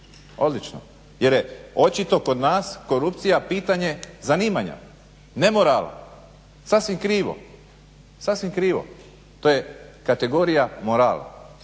odlično, jer je očito kod nas korupcija pitanje zanimanja ne morala. Sasvim krivo, sasvim krivo to je kategorija morala.